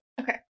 Okay